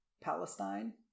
Palestine